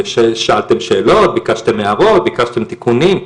וששאלתם שאלות, ביקשתם הערות, ביקשתם תיקונים.